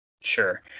Sure